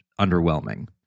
underwhelming